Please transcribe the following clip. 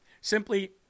Simply